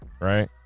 right